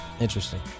Interesting